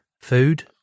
Food